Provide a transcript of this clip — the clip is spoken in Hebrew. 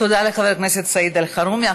תודה לחבר הכנסת סעיד אלחרומי.